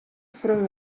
freon